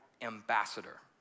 ambassador